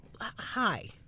Hi